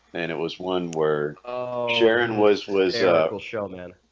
and it was one word jaron was was yeah was show nana.